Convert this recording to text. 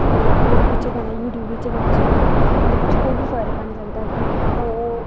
और फोन बिच्च गाना यूट्यूब बिच्च गाना सुने दा हा ओह्दे बिच्च कोई बी फरक हैन्नी लगदा ऐ कि ओह्